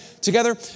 together